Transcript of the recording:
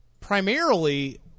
primarily